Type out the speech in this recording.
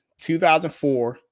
2004